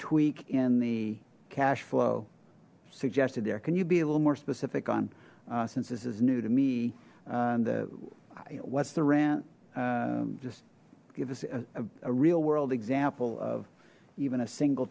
tweak in the cash flow suggested there can you be a little more specific on since this is new to me the what's the rant just give us a real world example of even a single